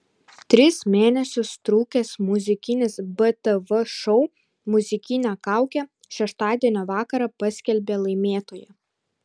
tris mėnesius trukęs muzikinis btv šou muzikinė kaukė šeštadienio vakarą paskelbė laimėtoją